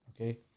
Okay